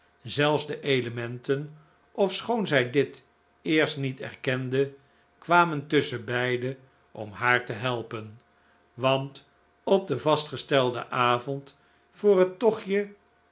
zelfs de elementen ofschoon zij dit eerst niet erkende kwamen tusschenbeide om haar te helpen want op den vastgestelden avond voor het tochtje